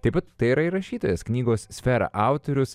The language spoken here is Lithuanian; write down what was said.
taip pat tai yra ir rašytojas knygos sfera autorius